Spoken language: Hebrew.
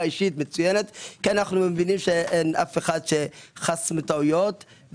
אישית מצוינת כי אנחנו מבינים שאף אחד חף מטעויות,